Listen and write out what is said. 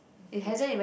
okay